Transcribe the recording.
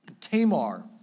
Tamar